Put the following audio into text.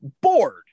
Bored